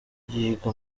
yiga